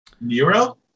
Nero